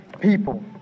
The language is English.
people